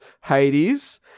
Hades